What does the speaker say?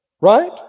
Right